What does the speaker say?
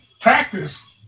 practice